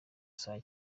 saa